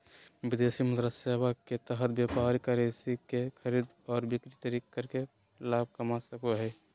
विदेशी मुद्रा सेवा के तहत व्यापारी करेंसी के खरीद आर बिक्री करके लाभ कमा सको हय